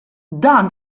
dan